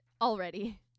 Already